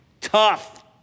tough